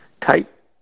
type